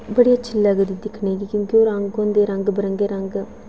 बड़ी अच्छी लगदी दिक्खने गी क्योंकि ओह् रंग होंदे रंग बरंगे रंग